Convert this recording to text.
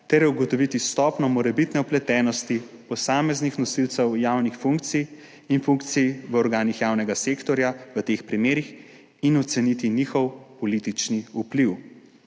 ter ugotoviti stopnjo morebitne vpletenosti posameznih nosilcev javnih funkcij in funkcij v organih javnega sektorja v teh primerih in oceniti njihov politični vpliv.